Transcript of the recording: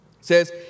says